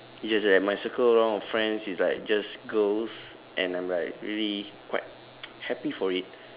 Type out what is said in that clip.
just that my circle around of friends is like just girls and I'm like really quite happy for it